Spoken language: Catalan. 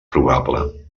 probable